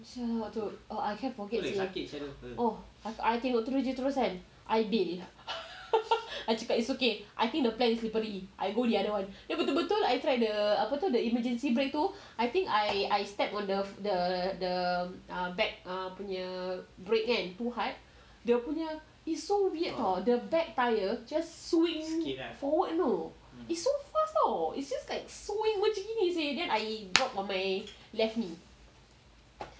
[sial] oh I can't forget seh I tu dia terus kan I bailed I cakap is okay I think the plank very slippery I go the other one dia betul-betul I try the apa tu emergency break tu I think I step on the the the err back punya brake kan too hard dia punya is so weird [tau] the back tire just swing forward you know it's so fast you know it's just like swing macam ini seh then I drop on my left knee